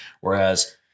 Whereas